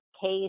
case